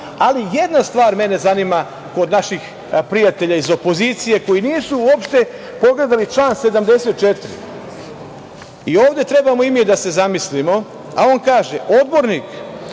jedna stvar mene zanima kod naših prijatelja iz opozicije koji nisu uopšte pogledali član 74. i ovde treba i mi da se zamislimo, a on kaže: „Odbornik